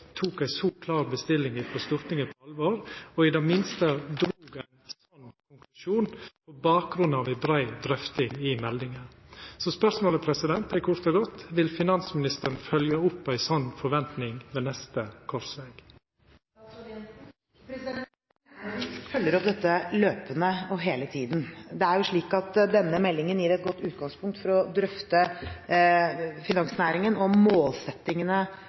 tok ei så klar bestilling frå Stortinget på alvor, og i det minste tok det opp på bakgrunn av ei brei drøfting i meldinga. Så spørsmålet er kort og godt: Vil finansministeren følgja opp ei sånn forventning ved neste korsveg? Jeg mener at vi følger opp dette løpende og hele tiden. Denne meldingen gir et godt utgangspunkt for å drøfte finansnæringen og målsettingene